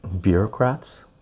bureaucrats